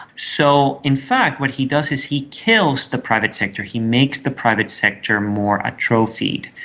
so in fact what he does is he kills the private sector, he makes the private sector more ah atrophied.